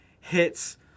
hits